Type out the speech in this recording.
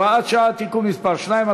הוראת שעה) (תיקון מס' 2),